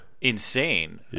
insane